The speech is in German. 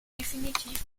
definitiv